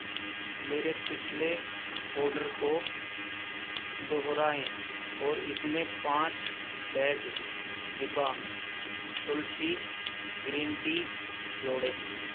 मेरे पिछले ऑर्डर को दोहराएँ और इसमें पाँच बैग दिबा तुलसी ग्रीन टी जोड़ें